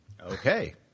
Okay